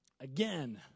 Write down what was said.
Again